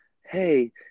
hey